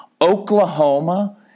Oklahoma